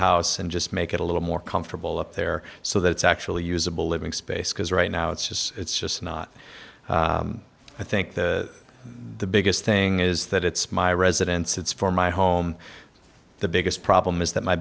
house and just make it a little more comfortable up there so that it's actually usable living space because right now it's just it's just not i think the biggest thing is that it's my residence it's for my home the biggest problem is that my